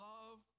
Love